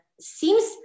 seems